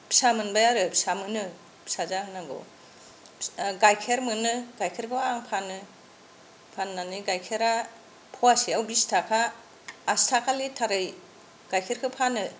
फिसा मोनबाय आरो फिसा मोनो फिसा जाहोनांगौ गाइखेर मोनो गाइखेरखौ आं फानो फाननानै गाइखेरा फवासेयाव बिस थाखा आसिथाखा लिटाररै गाइखेरखो फानो